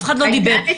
אך אחד לא דיבר איתם.